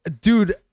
Dude